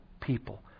people